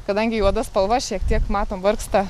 kadangi juoda spalva šiek tiek matom vargsta